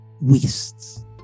wastes